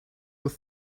were